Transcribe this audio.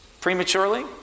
prematurely